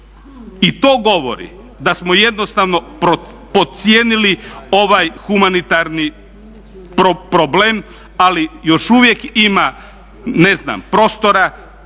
i to govori da smo jednostavno podcijenili ovaj humanitarni problem, ali još uvijek ima prostora,